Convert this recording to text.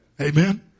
Amen